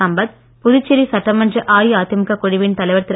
சம்பத் புதுச்சேரி சட்டமன்ற அஇஅதிமுக குழுவின் தலைவர் திரு